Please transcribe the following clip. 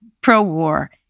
pro-war